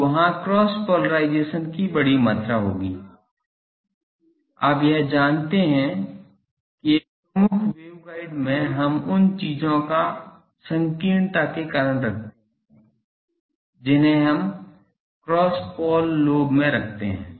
तो वहां cross polarisation की बड़ी मात्रा होगी आप यह जानते हैं कि एक प्रमुख वेवगाइड में हम उन चीजों की संकीर्णता के कारण रखते हैं जिन्हें हम क्रॉस पोल लोब रखते हैं